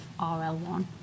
RL1